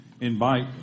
invite